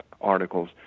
articles